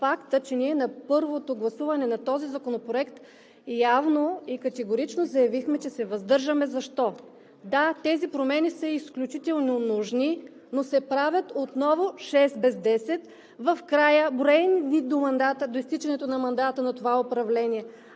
че ние на първото гласуване на този законопроект, явно и категорично заявихме, че се въздържаме. Защо? Да, тези промени са изключително нужни, но се правят отново в шест без десет, броени дни до изтичането на мандата на това управление.